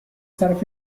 طرف